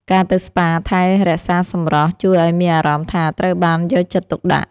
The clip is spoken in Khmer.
ការទៅស្ប៉ាថែរក្សាសម្រស់ ជួយឱ្យមានអារម្មណ៍ថាត្រូវបានយកចិត្តទុកដាក់។